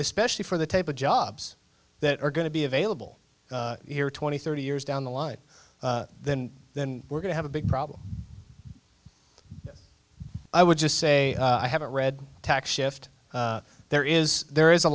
especially for the type of jobs that are going to be available here twenty thirty years down the line then then we're going to have a big problem i would just say i haven't read tax shift there is there is a